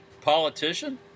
politician